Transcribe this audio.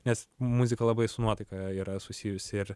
nes muzika labai su nuotaika yra susijusi ir